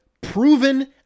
proven